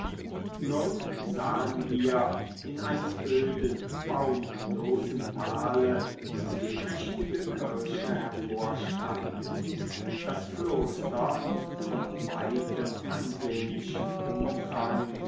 nun sahen wir in einem öden baumlosen tale die prächtige kirche hervorsteigen das kloster von weitem ansehnlichen umfang